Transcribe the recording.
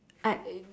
I